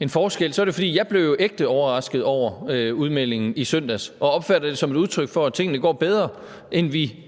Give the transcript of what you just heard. en forskel, at jeg blev ægte overrasket over udmeldingen i søndags og opfattede det som et udtryk for, at tingene går bedre, end vi